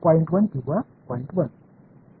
1 किंवा 0